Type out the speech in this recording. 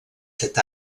set